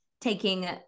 taking